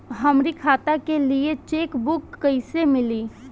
हमरी खाता के लिए चेकबुक कईसे मिली?